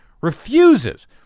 refuses